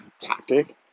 tactic